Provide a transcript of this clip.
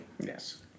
Yes